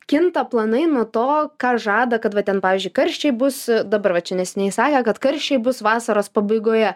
kinta planai nuo to ką žada kad va ten pavyzdžiui karščiai bus dabar vat čia neseniai sakė kad karščiai bus vasaros pabaigoje